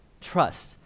Trust